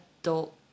Adult